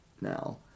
now